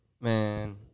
Man